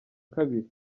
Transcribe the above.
kabiri